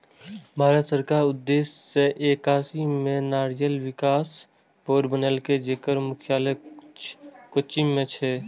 भारत सरकार उन्नेस सय एकासी मे नारियल विकास बोर्ड बनेलकै, जेकर मुख्यालय कोच्चि मे छै